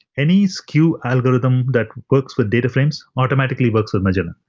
any skew algorithm that works with data frames automatically works with magellan.